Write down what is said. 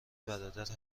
برادر